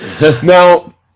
Now